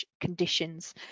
conditions